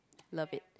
love it